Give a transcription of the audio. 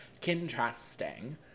contrasting